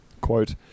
Quote